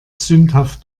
sündhaft